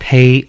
Pay